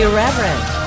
Irreverent